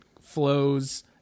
flows